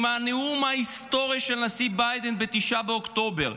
עם הנאום ההיסטורי של הנשיא ביידן ב-9 באוקטובר,